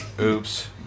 oops